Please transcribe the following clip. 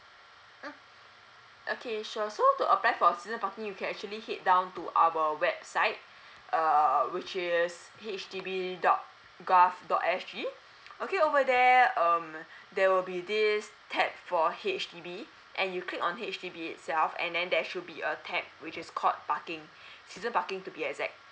mm okay sure so to apply for the season parking you can actually head down to our website err which is H D B dot gov dot S G okay over there um there will be this tab for H_D_B and you click on H_D_B itself and then there should be a tab which is called parking season parking to be exact